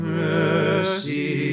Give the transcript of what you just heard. mercy